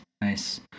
Nice